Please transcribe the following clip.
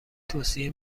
توصیه